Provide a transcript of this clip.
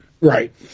Right